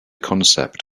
concept